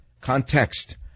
context